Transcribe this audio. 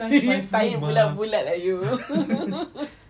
tanya bulat bulat lah you